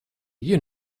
you